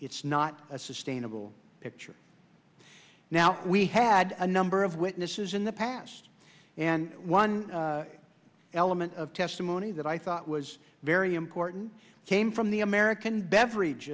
it's not a sustainable picture now we had a number of witnesses in the past and one element of testimony that i thought was very important came from the